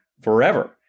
forever